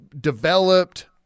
developed